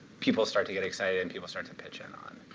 people start to get excited, and people start to pitch in on.